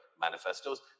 manifestos